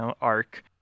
arc